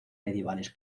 medievales